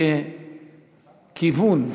ככיוון,